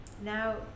Now